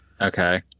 Okay